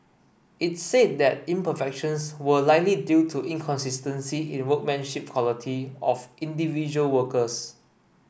it said that imperfections were likely due to inconsistency in workmanship quality of individual workers